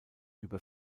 über